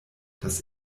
das